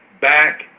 back